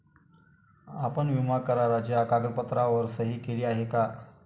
आपण विमा कराराच्या कागदपत्रांवर सही केली आहे का?